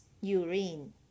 urine